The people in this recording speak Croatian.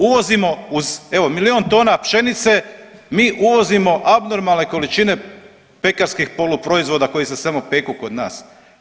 Uvozimo uz evo milijun tona pšenice mi uvozimo abnormalne količine pekarskih poluproizvoda koji se samo peku kod nas.